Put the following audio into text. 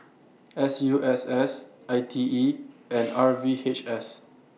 S U S S I T E and R V H S